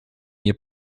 nie